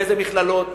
באיזה מכללות,